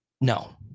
No